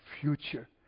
future